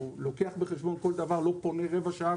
או לוקח בחשבון כל דבר לא פונה במשך רבע שעה,